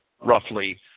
roughly